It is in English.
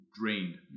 drained